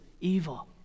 evil